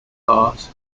part